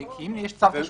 כי אם יש צו תשלומים,